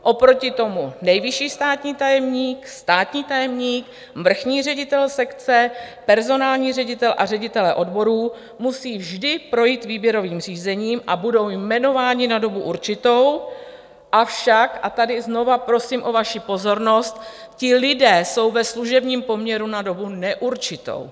Oproti tomu nejvyšší státní tajemník, státní tajemník, vrchní ředitel sekce, personální ředitel a ředitelé odborů musí vždy projít výběrovým řízením a budou jmenováni na dobu určitou, avšak a tady znovu prosím o vaši pozornost ti lidé jsou ve služebním poměru na dobu neurčitou.